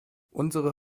unsere